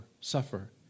suffer